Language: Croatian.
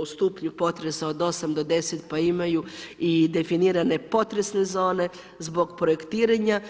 u stupnju potresa od 8-10 pa imaju i definirane potresne zone, zbog projektiranja.